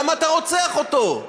למה אתה רוצח אותו?